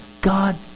God